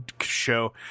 show